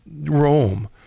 Rome